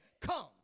come